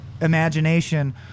imagination